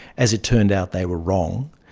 as it turned out, they were wrong.